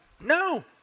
no